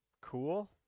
Cool